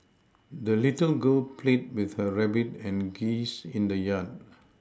the little girl played with her rabbit and geese in the yard